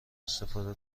استفاده